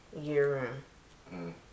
year-round